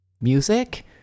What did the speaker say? music